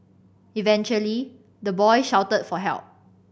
eventually the boy shouted for help